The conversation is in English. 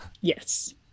yes